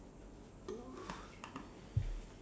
I'm tired and hungry